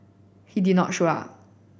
he did not show up